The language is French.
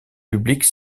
publique